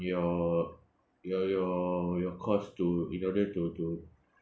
your your your your cost to in order to to